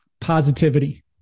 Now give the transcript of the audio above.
Positivity